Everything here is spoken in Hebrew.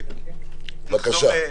בבקשה.